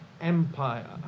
empire